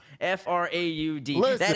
F-R-A-U-D